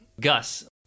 Gus